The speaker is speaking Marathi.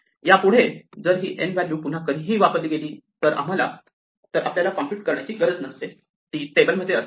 यापुढे जर ही n व्हॅल्यू पुन्हा कधीही वापरली गेली तर आपल्याला कॉम्प्युट करण्याचे गरज नसेल ती टेबलमध्ये असेल